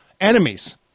enemies